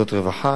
למוסדות רווחה,